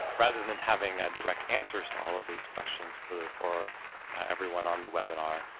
rather than having and direct answers to all of these questions for for everyone on the webinar,